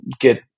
get